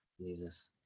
Jesus